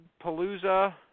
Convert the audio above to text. Palooza